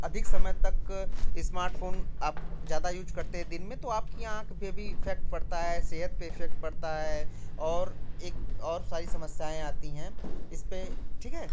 अधिक समय तक इस्मार्ट फ़ोन आप ज़्यादा यूज करते है दिन में तो आपकी आँख पे भी इफ़ेक्ट पड़ता है सेहत पे इफ़ेक्ट पड़ता है और एक और सारी समस्याएँ आती हैं इसपे ठीक है